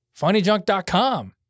funnyjunk.com